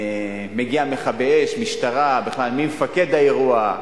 מגיעים מכבי אש, משטרה, בכלל מי מפקד האירוע.